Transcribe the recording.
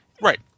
Right